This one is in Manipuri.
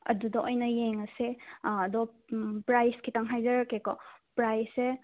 ꯑꯗꯨꯗ ꯑꯣꯏꯅ ꯌꯦꯡꯉꯁꯦ ꯑꯗꯣ ꯄ꯭ꯔꯥꯁ ꯈꯤꯇꯪ ꯍꯥꯏꯖꯔꯛꯀꯦꯀꯣ ꯄ꯭ꯔꯥꯁꯁꯦ